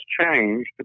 changed